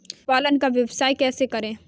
पशुपालन का व्यवसाय कैसे करें?